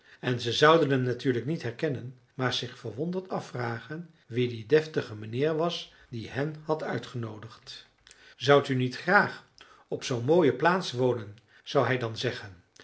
en ze zouden hem natuurlijk niet herkennen maar zich verwonderd afvragen wie die deftige mijnheer was die hen had uitgenoodigd zoudt u niet graag op zoo'n mooie plaats wonen zou hij dan zeggen